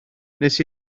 wnes